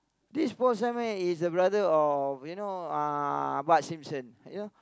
this Paul-Simon is brother of you know uh Bart-Simpson you know